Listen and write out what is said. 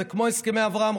זה כמו הסכמי אברהם,